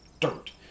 dirt